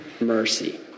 mercy